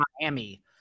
Miami